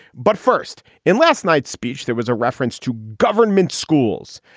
but first, in last night's speech, there was a reference to government schools.